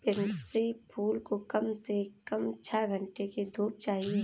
pansy फूल को कम से कम छह घण्टे की धूप चाहिए